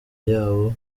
yabo